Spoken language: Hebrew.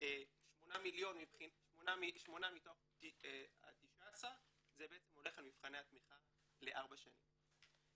אבל 8 מתוך ה-19 בעצם הולכים למבחני התמיכה לארבע שנים.